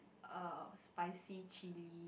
err spicy chilli